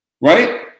Right